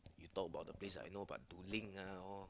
you talk about the place I know but to link ah all